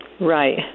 Right